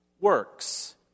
works